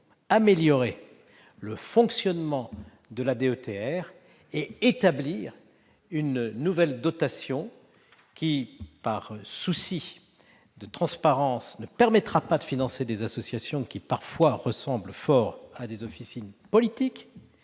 améliorer le fonctionnement de la DETR et établir une nouvelle dotation qui, par souci de transparence, ne permettra pas de financer des associations, dont certaines ressemblent parfois fort à des officines politiques,